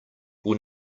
will